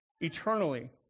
eternally